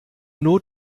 not